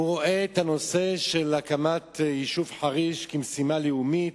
שהוא רואה את הנושא של הקמת היישוב חריש כמשימה לאומית: